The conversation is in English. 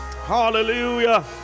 hallelujah